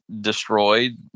destroyed